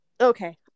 Okay